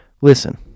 Listen